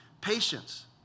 patience